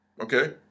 okay